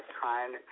trying